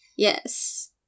Yes